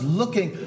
looking